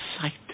sight